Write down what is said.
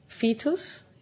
fetus